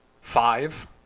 five